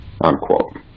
Unquote